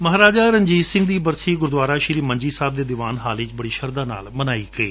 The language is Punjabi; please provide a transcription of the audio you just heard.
ਮਹਾਰਾਜਾ ਰਣਜੀਤ ਸਿੰਘ ਦੀ ਬਰਸੀ ਗੁਰਦੁਆਰਾ ਸ੍ਰੀ ਮੰਜੀ ਸਾਹਿਬ ਦੇ ਦੀਵਾਨ ਹਾਲ ਵਿਚ ਬੜੀ ਸ਼ਰਧਾ ਨਾਲ ਮਨਾਈ ਗਈ